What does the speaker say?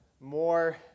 more